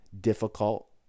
difficult